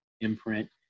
imprint